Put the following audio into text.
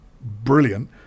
brilliant